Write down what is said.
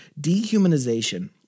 Dehumanization